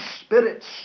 Spirit's